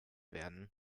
werden